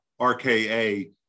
RKA